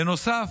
בנוסף,